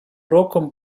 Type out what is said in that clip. роком